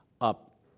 up